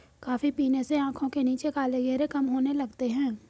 coffee पीने से आंखों के नीचे काले घेरे कम होने लगते हैं